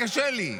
קשה לי.